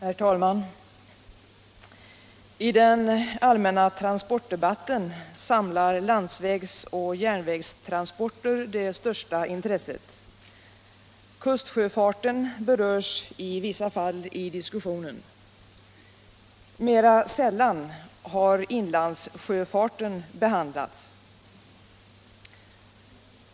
Herr talman! I den allmänna transportdebatten samlar landsvägs och järnvägstransporter det största intresset. Kustsjöfarten berörs i vissa fall i diskussionen. Mera sällan har inlandssjöfarten behandlats.